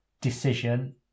decision